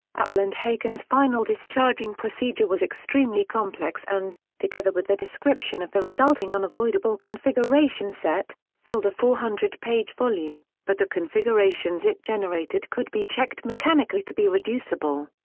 appel and haken's final discharging procedure was extremely extremely complex and, together with a description of the resulting unavoidable configuration set, filled a four hundred page volume, but the configurations it generated could be checked mechanically to be reducible.